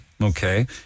okay